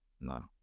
No